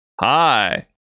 Hi